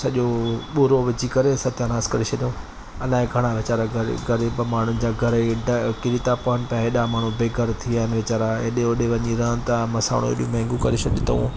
सॼो ॿुरो विझी करे सत्यानाश करे छॾियाऊं अलाइ घणा विचारा ग़रीब ग़रीब माण्हुनि जा घर हेॾा किरी था पवनि त हेॾा माण्हू ॿे घर थी विया आहिनि विचारा हेॾे होॾे वंञी रहनि था मसवाडूं हेॾो महंगियूं करे छॾियो अथऊं